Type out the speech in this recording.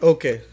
Okay